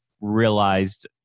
realized